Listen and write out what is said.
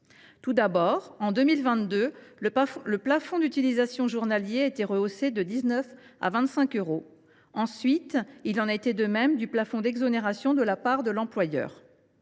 Tout d’abord, en 2022, son plafond d’utilisation journalier a été rehaussé de 19 euros à 25 euros. Ensuite, il en a été de même du plafond d’exonération de la part de l’employeur.